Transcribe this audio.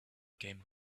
came